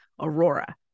Aurora